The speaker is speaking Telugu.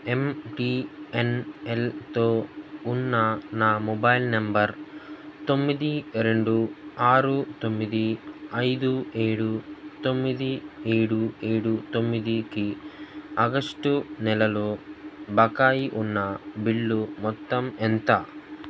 ఎమ్ టీ ఎన్ ఎల్తో ఉన్న నా మొబైల్ నెంబర్ తొమ్మిది రెండు ఆరు తొమ్మిది ఐదు ఏడు తొమ్మిది ఏడు ఏడు తొమ్మిదికి ఆగస్టు నెలలో బకాయి ఉన్న బిల్లు మొత్తం ఎంత